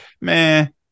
man